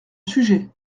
sujet